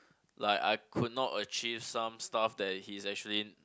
like I could not achieve some stuff that he's actually